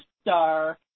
star